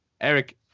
Eric